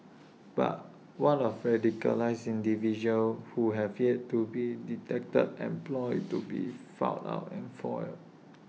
but what of radicalised individuals who have yet to be detected and plots yet to be found out and foiled